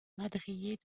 madriers